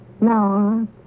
No